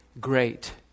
great